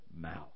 mouth